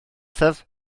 ddiwethaf